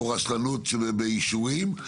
היא לא מכסה על רשלנות באישורים וודאי